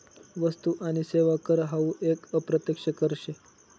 वस्तु आणि सेवा कर हावू एक अप्रत्यक्ष कर शे